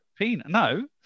no